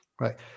right